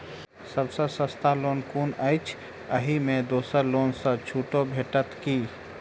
सब सँ सस्ता लोन कुन अछि अहि मे दोसर लोन सँ छुटो भेटत की?